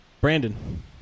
Brandon